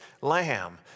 Lamb